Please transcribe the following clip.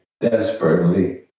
desperately